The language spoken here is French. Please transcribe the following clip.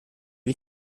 est